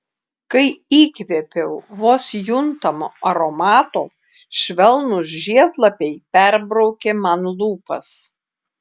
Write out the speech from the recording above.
kai įkvėpiau vos juntamo aromato švelnūs žiedlapiai perbraukė man lūpas